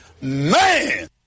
man